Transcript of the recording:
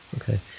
Okay